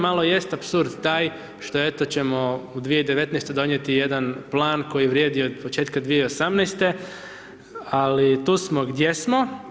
Malo jest apsurd taj što, eto ćemo u 2019. donijeti jedan plan koji vrijedi od početka 2018., ali tu smo gdje smo.